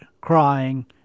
crying